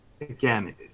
again